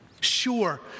Sure